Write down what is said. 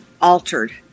altered